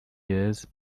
years